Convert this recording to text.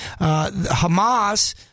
Hamas